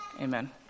Amen